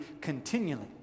continually